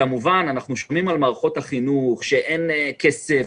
אנחנו כמובן שומעים על מערכות החינוך ועל זה שאין כסף.